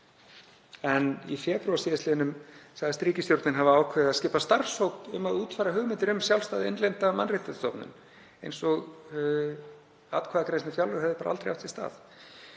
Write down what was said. en í febrúar síðastliðnum sagðist ríkisstjórnin hafa ákveðið að skipa starfshóp um að útfæra hugmyndir um sjálfstæða innlenda mannréttindastofnun, eins og atkvæðagreiðsla um fjárlög hefði bara aldrei átt sér stað.